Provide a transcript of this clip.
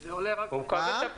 הוא מקבל את הפיקדון.